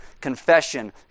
confession